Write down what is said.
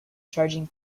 charging